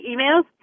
emails